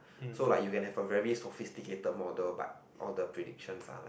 so like you can have a very sophisticate model but all the predictions are like